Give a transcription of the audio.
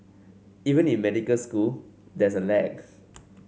even in medical school there's a lag